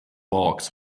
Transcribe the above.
barks